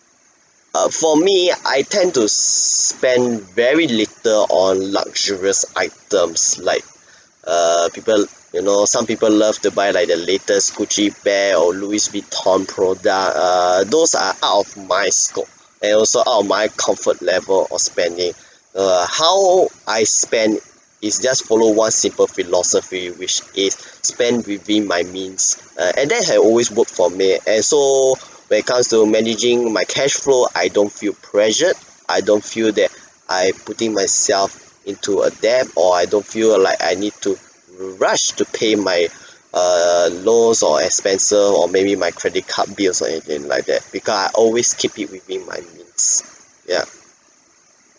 for me I tend to spend very little on luxurious items like err people you know some people love to buy like the latest Gucci bag or Louis Vuitton product err those are out of my scope and also out of my comfort level of spending err how I spend is just follow one simple philosophy which is spend within my means and then had always worked for me and so when it comes to to managing my cash flow I don't feel pressured I don't feel that I putting myself into a debt or I don't feel like I need to rush to pay my err loans or expenses or maybe my credit card bills or anything like that because I always keep it within my means ya